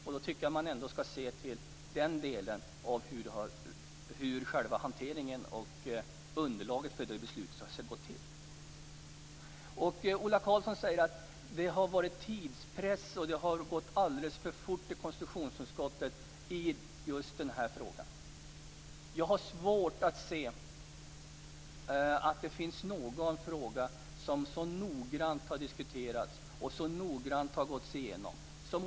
Därför tycker jag att man ändå skall se till den delen, till hur det har sett ut vad gäller själva hanteringen och underlaget för beslutet. Ola Karlsson säger att det har varit tidspress, att det har gått alldeles för fort i konstitutionsutskottet i just den här frågan. Men jag har svårt att se att någon annan fråga har diskuterats och gåtts igenom så noga som denna.